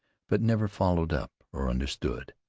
but never followed up or understood.